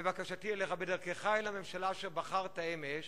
בקשתי אליך, בדרכך אל הממשלה שבחרת אמש,